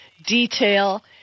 detail